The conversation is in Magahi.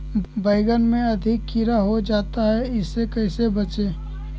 बैंगन में अधिक कीड़ा हो जाता हैं इससे कैसे बचे?